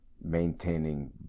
maintaining